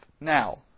now